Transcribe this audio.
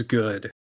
good